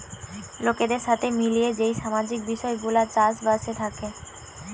লোকদের সাথে মিলিয়ে যেই সামাজিক বিষয় গুলা চাষ বাসে থাকে